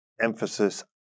emphasis